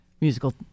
musical